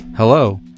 Hello